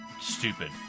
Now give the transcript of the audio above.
Stupid